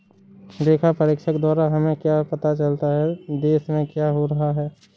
लेखा परीक्षक द्वारा हमें पता चलता हैं, देश में क्या हो रहा हैं?